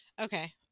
Okay